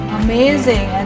amazing